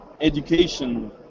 education